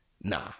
Nah